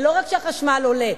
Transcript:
זה לא רק שמחיר החשמל עולה,